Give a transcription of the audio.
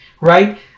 right